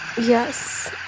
Yes